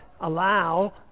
allow